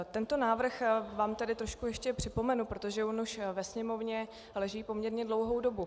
Tento návrh vám tedy trošku ještě připomenu, protože on už ve Sněmovně leží poměrně dlouhou dobu.